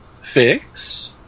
fix